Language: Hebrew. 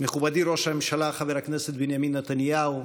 מכובדי ראש הממשלה חבר הכנסת בנימין נתניהו,